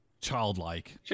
childlike